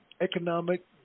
economic